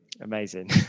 Amazing